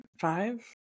Five